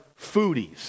foodies